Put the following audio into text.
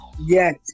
Yes